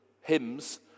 hymns